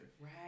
Right